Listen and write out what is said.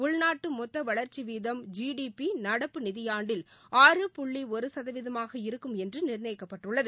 உள்நாட்டு ஒட்டுமொத்த வளர்ச்சி வீதம் ஜி டி பி நடப்பு நிதியாண்டில் ஆறு புள்ளி ஒரு சதவீதமாக இருக்கும் என்று நிர்ணயிக்கப்பட்டுள்ளது